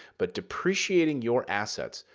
but depreciating your assets,